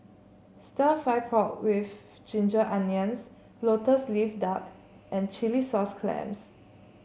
stir fry pork with Ginger Onions lotus leaf duck and Chilli Sauce Clams